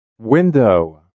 Window